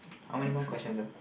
how many more questions ah